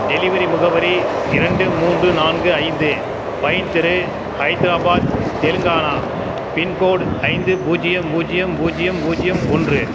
delivery முகவரி இரண்டு மூன்று நான்கு ஐந்து பைன் தெரு ஹைதராபாத் தெலுங்கானா பின்கோடு ஐந்து பூஜ்ஜியம் பூஜ்ஜியம் பூஜ்ஜியம் பூஜ்ஜியம் ஒன்று